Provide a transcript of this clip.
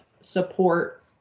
support